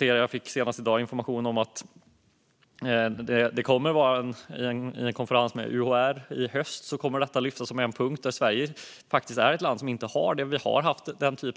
Jag fick i dag information om att detta kommer att tas upp som en punkt vid en konferens med UHR i höst. Sverige är ett land som inte har denna typ av utbildningar.